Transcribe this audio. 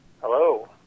Hello